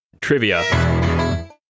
trivia